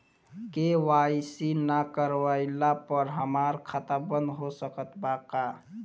KYC ना करवाइला पर हमार खाता बंद हो सकत बा का?